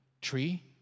tree